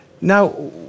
now